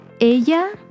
Ella